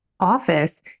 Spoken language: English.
Office